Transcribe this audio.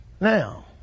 now